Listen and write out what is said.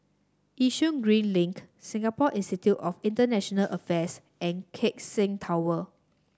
Yishun Green Link Singapore Institute of International Affairs and Keck Seng Tower